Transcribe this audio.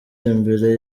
imbere